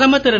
பிரதமர் திரு